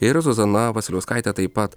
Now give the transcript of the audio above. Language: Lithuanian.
ir zuzana vasiliauskaitė taip pat